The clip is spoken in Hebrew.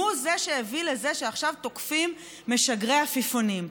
הוא שהביא לזה שעכשיו תוקפים משגרי עפיפונים.